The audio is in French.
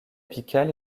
apical